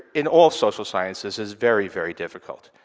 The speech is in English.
in all social sciences, is very very difficult.